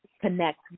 connect